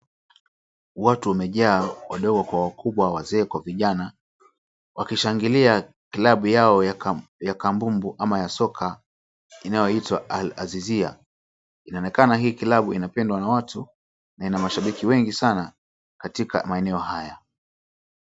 Watu wamejaa wadogo kwa wakubwa, wazee kwa vijana wakishangilia klabu yao ya kambumbu ama ya soka inayoitwa Alazizia. Inaonekana hii klabu inapendwa na watu na ina mashabiki wengi sana katika maeneo haya.